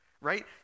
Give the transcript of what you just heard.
right